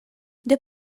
the